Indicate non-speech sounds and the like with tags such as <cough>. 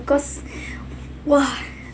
because <breath> !wah!